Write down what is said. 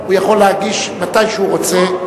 הוא יכול להגיש מתי שהוא רוצה.